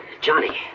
Johnny